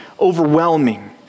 overwhelming